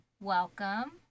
Welcome